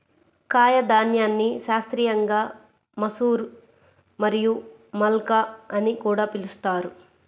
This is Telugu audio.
కాయధాన్యాన్ని శాస్త్రీయంగా మసూర్ మరియు మల్కా అని కూడా పిలుస్తారు